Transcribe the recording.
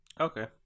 Okay